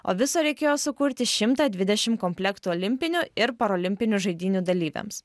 o viso reikėjo sukurti šimtą dvidešim komplektų olimpinių ir parolimpinių žaidynių dalyviams